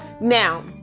Now